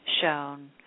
shown